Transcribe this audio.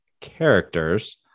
characters